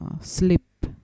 sleep